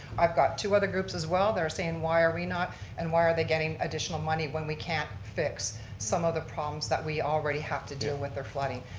i've got two other groups as well that are saying why are we not and why are they getting additional money when we can't fix some of the problems that we already have to deal with are flooding.